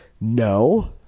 No